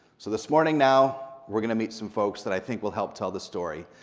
so this morning now, we're gonna meet some folks that i think will help tell the story.